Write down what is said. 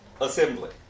assembly